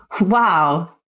Wow